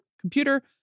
computer